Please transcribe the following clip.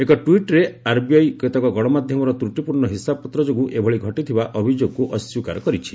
ଏକ ଟ୍ୱିଟ୍ରେ ଆର୍ବିଆଇ କେତେକ ଗଣମାଧ୍ୟମର ତ୍ରଟିପୂର୍ଣ୍ଣ ହିସାବପତ୍ର ଯୋଗୁଁ ଏଭଳି ଘଟିଥିବା ଅଭିଯୋଗକୁ ଅସ୍ୱୀକାର କରିଛି